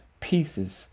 pieces